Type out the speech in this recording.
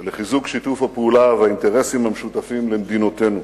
ולחיזוק שיתוף הפעולה והאינטרסים המשותפים למדינותינו.